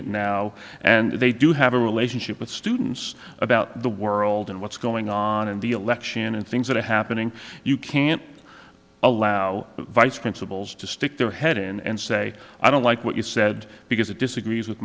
it now and they do have a relationship with students about the world and what's going on in the election and things that are happening you can't allow vice principals to stick their head in and say i don't like what you said because it disagrees with